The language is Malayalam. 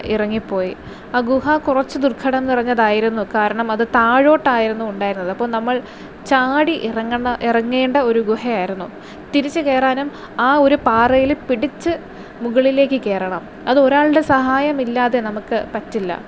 ഇറങ്ങിപ്പോയി ആ ഗുഹ കുറച്ചു ദുർഘടം നിറഞ്ഞതായിരുന്നു കാരണം അത് താഴോട്ടായിരുന്നു ഉണ്ടായിരുന്നത് അപ്പോൾ നമ്മൾ ചാടി ഇറങ്ങുന്ന ഇറങ്ങേണ്ട ഒരു ഗുഹ ആയിരുന്നു തിരിച്ചു കയറാനും ആ ഒരു പാറയിൽ പിടിച്ചു മുകളിലേക്ക് കയറണം അത് ഒരാളുടെ സഹായമില്ലാതെ നമുക്ക് പറ്റില്ല